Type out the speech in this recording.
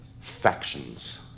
Factions